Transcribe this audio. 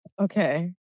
Okay